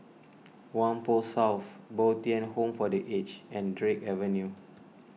Whampoa South Bo Tien Home for the Aged and Drake Avenue